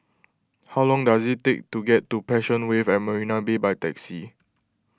how long does it take to get to Passion Wave at Marina Bay by taxi